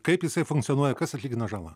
kaip jisai funkcionuoja kas atlygina žalą